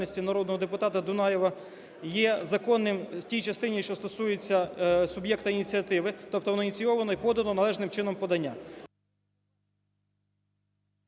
народного депутата Дунаєва є законним в тій частині, що стосується суб'єкта ініціативи, тобто воно ініційовано і подано належним чином, подання…